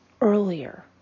earlier